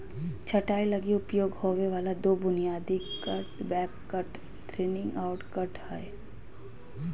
छंटाई लगी उपयोग होबे वाला दो बुनियादी cut back cut, thinning out cut हइ